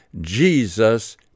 Jesus